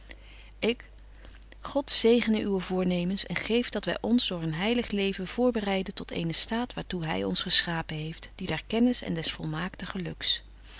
ik god zegene uwe voornemens en geef dat wy ons door een heilig leven voorbereiden tot eenen staat waar toe hy ons geschapen heeft die der kennis en des volmaakten geluks